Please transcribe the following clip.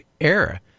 era